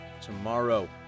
tomorrow